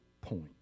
point